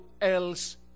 else